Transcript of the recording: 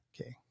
Okay